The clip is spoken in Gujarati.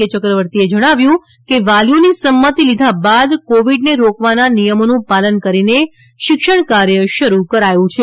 યક્રવર્તીએ જણાવ્યું હતું કે વાલીઓની સંમતિ લીધા બાદ કોવિડને રોકવાના નિયમોનું પાલન કરીને શિક્ષણ કાર્ય શરૂ કરાયું છે